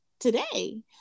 Today